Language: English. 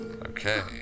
Okay